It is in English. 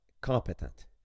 competent